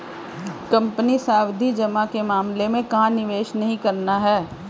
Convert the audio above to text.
Company सावधि जमा के मामले में कहाँ निवेश नहीं करना है?